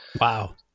wow